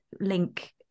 link